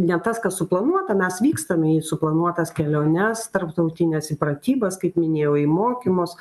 ne tas kas suplanuota mes vykstame į suplanuotas keliones tarptautines į pratybas kaip minėjau į mokymus